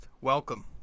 Welcome